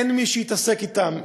אין מי שיתעסק אתם,